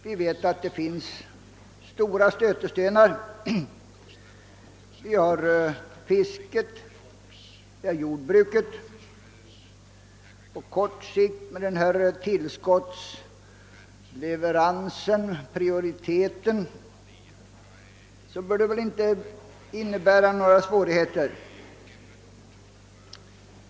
Visserligen finns det stora stötestenar, t.ex. fisket och jordbruket. Men på kort sikt med tillskottsleveranser och prioritet bör det väl inte innebära några svårigheter.